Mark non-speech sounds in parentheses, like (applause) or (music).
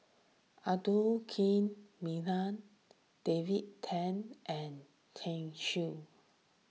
Abdul Kim (unintelligible) David Tham and (unintelligible) Tsung